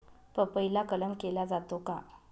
पपईला कलम केला जातो का?